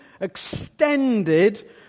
extended